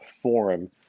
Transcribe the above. forum